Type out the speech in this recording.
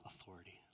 authority